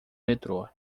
metrô